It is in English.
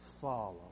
follow